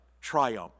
Triumph